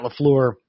LaFleur